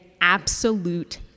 absolute